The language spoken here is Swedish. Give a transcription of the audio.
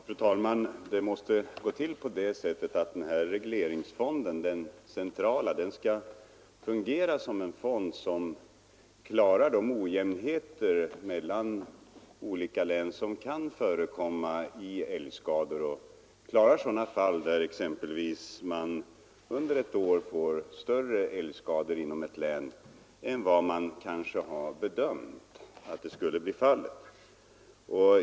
Fru talman! Den centrala regleringsfonden skall fungera på det sättet att den klarar av de ojämnheter mellan olika län som kan förekomma när det gäller älgskador, exempelvis när man under ett år får större älgskador inom ett län än vad som bedömts skulle bli fallet.